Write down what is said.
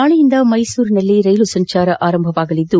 ನಾಳೆಯಿಂದ ಮೈಸೂರಿನಲ್ಲಿ ರೈಲು ಸಂಚಾರ ಆರಂಭವಾಗಲಿದ್ದು